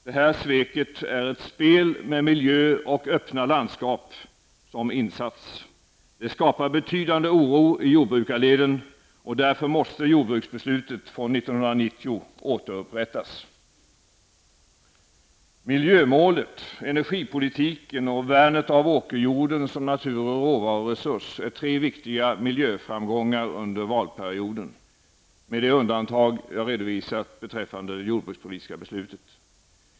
Det här sveket är ett spel med miljö och öppna landskap som insats. Det skapar betydande oro i jordbrukarleden. Därför måste jordbruksbeslutet från 1990 återupprättas. Miljömålet, energipolitiken och värnet av åkerjorden som natur och råvaruresurs är tre viktiga miljöframgångar under valperioden, med det undantag jag redovisat beträffande det jordbrukspolitiska beslutet.